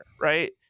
right